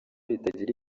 ritagira